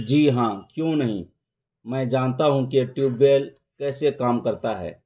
جی ہاں کیوں نہیں میں جانتا ہوں کہ ٹیوب ویل کیسے کام کرتا ہے